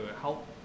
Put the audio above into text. help